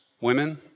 women